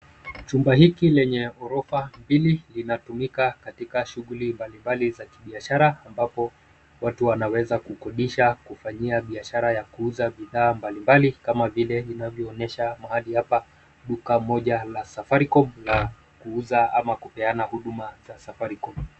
Chumba hiki lenye ghorofa mbili linatumika katika shughuli mbalimbali za kibiashara, ambapo watu wanaweza kukodisha kufanyia biashara ya kuuza bidhaa mbalimbali kama vile vinavyoonyesha mahali hapa, duka moja la Safaricom la kuuza ama kupeana huduma za Safaricom.